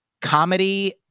comedy